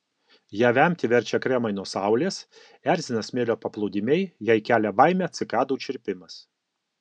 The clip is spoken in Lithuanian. ją vemti verčia kremai nuo saulės erzina smėlio paplūdimiai jai kelia baimę cikadų čirpimas